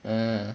uh